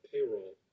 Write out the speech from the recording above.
Payroll